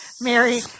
Mary